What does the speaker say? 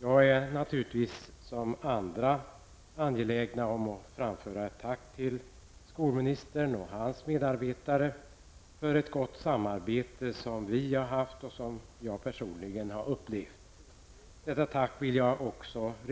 Jag är naturligtvis som andra angelägen om att få framföra ett tack till skolministern och hans medarbetare för det goda samarbete vi har haft och som jag personligen har upplevt. Detta tack för